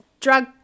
drug